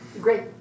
great